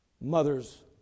Mothers